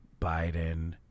Biden